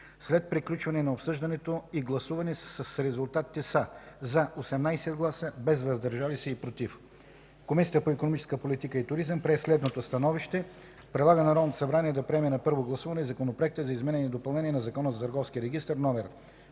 След приключване на обсъждането и гласуване с резултати „за” – 18 гласа, без „въздържали се” и „против” Комисията по икономическа политика и туризъм прие следното становище: Предлага на Народното събрание да приеме на първо гласуване Законопроект за изменение и допълнение на Закона